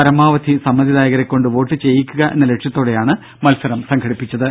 പരമാവധി സമ്മതിദായകരെക്കൊണ്ട് വോട്ട് ചെയ്യിക്കുക എന്ന ലക്ഷ്യത്തോടെയാണ് മത്സരം സംഘടിപ്പിച്ചത്